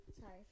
Sorry